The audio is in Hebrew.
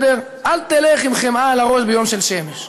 אל תלך עם חמאה על הראש ביום של שמש.